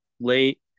late